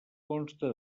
consta